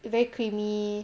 very creamy